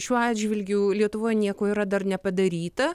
šiuo atžvilgiu lietuvoj nieko yra dar nepadaryta